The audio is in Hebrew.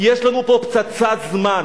יש לנו פה פצצת זמן.